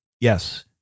Yes